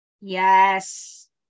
Yes